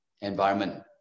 environment